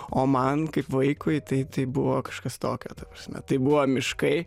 o man kaip vaikui tai tai buvo kažkas tokio ta prasme tai buvo miškai